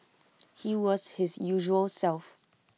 he was his usual self